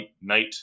knight